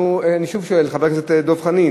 הסתייגות נוספת, מס' 8,